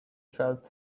had